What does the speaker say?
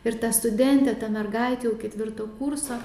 ir ta studentė ta mergaitė jau ketvirto kurso